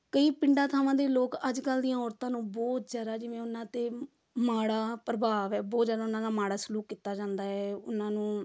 ਕਈ ਪਿੰਡਾਂ ਥਾਵਾਂ ਦੇ ਲੋਕ ਅੱਜ ਕੱਲ੍ਹ ਦੀਆਂ ਔਰਤਾਂ ਨੂੰ ਬਹੁਤ ਜ਼ਿਆਦਾ ਜਿਵੇਂ ਉਹਨਾਂ 'ਤੇ ਮਾੜਾ ਪ੍ਰਭਾਵ ਹੈ ਬਹੁਤ ਜ਼ਿਆਦਾ ਉਹਨਾਂ ਨਾਲ ਮਾੜਾ ਸਲੂਕ ਕੀਤਾ ਜਾਂਦਾ ਹੈ ਉਹਨਾਂ ਨੂੰ